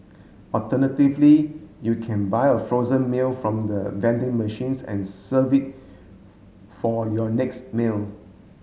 alternatively you can buy a frozen meal from the vending machines and serve it for your next meal